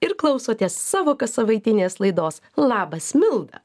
ir klausotės savo kassavaitinės laidos labas milda